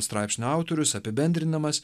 straipsnio autorius apibendrindamas